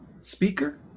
speaker